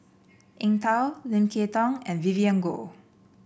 Eng Tow Lim Kay Tong and Vivien Goh